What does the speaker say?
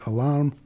Alarm